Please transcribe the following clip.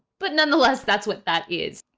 but nonetheless, that's what that is.